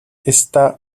está